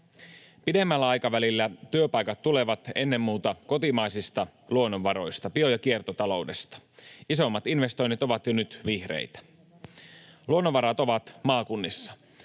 Pidemmällä aikavälillä työpaikat tulevat ennen muuta kotimaisista luonnonvaroista, bio- ja kiertotaloudesta. Isoimmat investoinnit ovat jo nyt vihreitä. Luonnonvarat ovat maakunnissa.